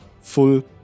full